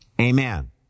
Amen